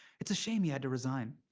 it's a shame he had to resign.